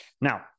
Now